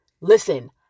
Listen